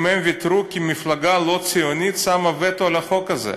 אם הם ויתרו כי מפלגה לא ציונית הטילה וטו על החוק הזה?